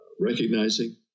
recognizing